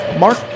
Mark